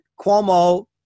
cuomo